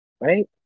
right